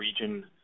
region